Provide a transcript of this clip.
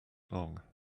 long